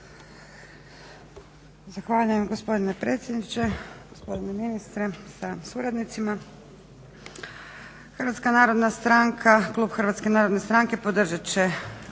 Zahvaljujem gospodine predsjedniče, gospodine ministre sa suradnicima. Hrvatska narodna stranka, klub Hrvatske narodne stranke podržat će